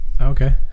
Okay